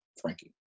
Frankie